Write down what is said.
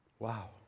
Wow